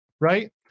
right